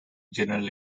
general